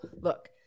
look